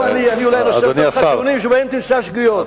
אני אולי אנסה לתת לך נתונים שבהם תמצא שגיאות.